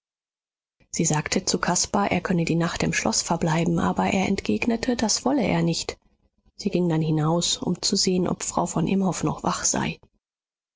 sie sagte zu caspar er könne die nacht im schloß verbleiben aber er entgegnete das wolle er nicht sie ging dann hinaus um zu sehen ob frau von imhoff noch wach sei